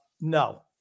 no